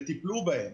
וטיפלו בהם,